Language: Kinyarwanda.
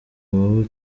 wowe